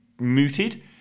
mooted